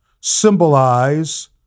symbolize